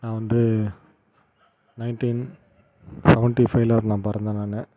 நான் வந்து nineteen seventy ஃபைவில் நான் பிறந்தேன் நான்